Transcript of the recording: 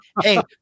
Hey